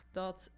dat